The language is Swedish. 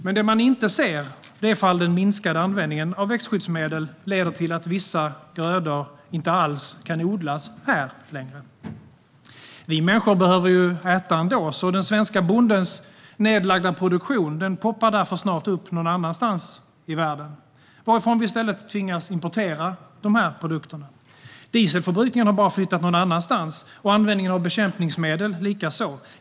Men det man inte ser är om den minskade användningen av växtskyddsmedel leder till att vissa grödor inte alls kan odlas här längre. Vi människor behöver ju äta ändå, så den svenska bondens nedlagda produktion poppar därför snart upp någon annanstans i världen, varifrån vi i stället tvingas importera produkterna. Dieselförbrukningen har bara flyttat någon annanstans, användningen av bekämpningsmedel likaså.